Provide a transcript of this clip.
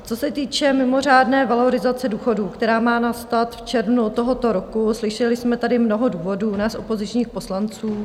Co se týče mimořádné valorizace důchodů, která má nastat v červnu tohoto roku, slyšeli jsme tady mnoho důvodů nás opozičních poslanců.